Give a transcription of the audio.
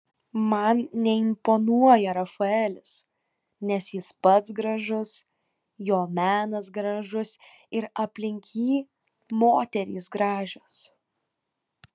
man neimponuoja rafaelis nes jis pats gražus jo menas gražus ir aplink jį moterys gražios